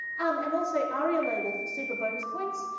um and also, aria label, for super bonus points,